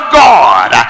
god